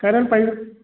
current type